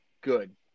good